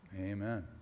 Amen